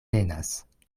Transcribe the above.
tenas